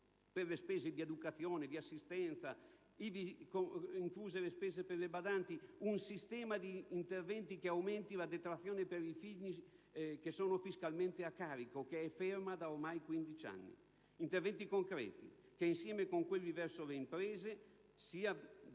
per le spese di educazione, di assistenza, ivi incluse le spese per le cosiddette badanti, un sistema di interventi che aumenti le detrazioni per i figli fiscalmente a carico, che è fermo da ormai quindici anni. Interventi concreti che insieme con quelli verso le imprese -